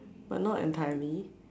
but not entirely